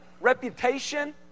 reputation